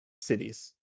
cities